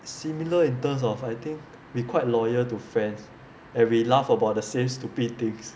similar in terms of I think we quite loyal to friends and we laugh about the same stupid things